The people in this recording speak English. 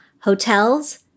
Hotels